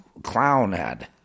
Clownhead